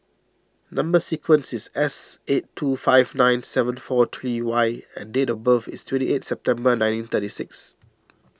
Number Sequence is S eight two five nine seven four three Y and date of birth is twenty eight September nineteen thirty six